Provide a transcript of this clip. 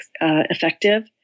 effective